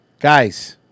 guys